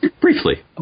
Briefly